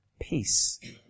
peace